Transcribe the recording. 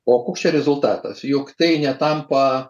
o koks čia rezultatas juk tai netampa